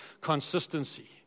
consistency